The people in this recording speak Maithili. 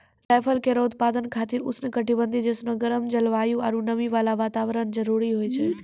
जायफल केरो उत्पादन खातिर उष्ण कटिबंधीय जैसनो गरम जलवायु आरु नमी वाला वातावरण जरूरी होय छै